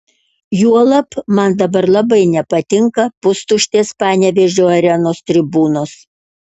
juolab man dabar labai nepatinka pustuštės panevėžio arenos tribūnos